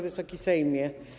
Wysoki Sejmie!